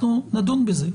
אנחנו נדון בזה.